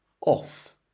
off